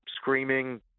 screaming